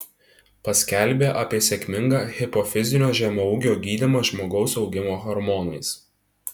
paskelbė apie sėkmingą hipofizinio žemaūgio gydymą žmogaus augimo hormonais